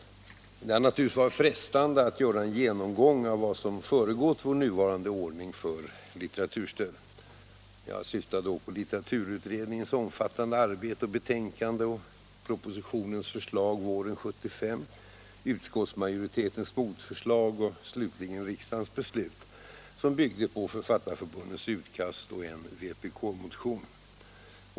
Det är naturligtvis frestande att göra en genomgång av vad som föregått vår nuvarande ordning för litteraturstöd. Jag syftar på litteraturutredningens omfattande arbete och betänkande, propositionens förslag våren 1975, utskottsmajoritetens motförslag och slutligen riksdagens beslut, som byggde på Författarförbundets utkast och en vpk-motion.